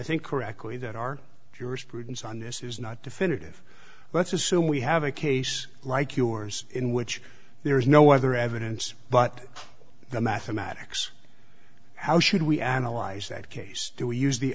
think correctly that our jurisprudence on this is not definitive let's assume we have a case like yours in which there is no other evidence but the mathematics how should we analyze that case do we use the